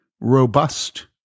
robust